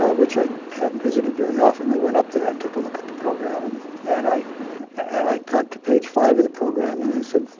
ah which i hadn't visited very often. i went up there and took a look at the program. and and i and i got to page five of the program and i said,